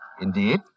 Indeed